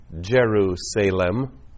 Jerusalem